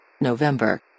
November